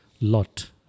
lot